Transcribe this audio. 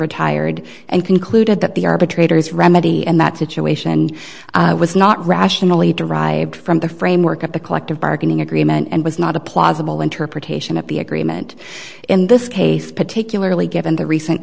retired and concluded that the arbitrator's remedy and that situation was not rationally derived from the framework of the collective bargaining agreement and was not a plausible interpretation of the agreement in this case particularly given the recent